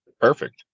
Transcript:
Perfect